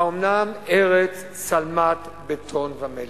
האומנם ארץ שלמת בטון ומלט?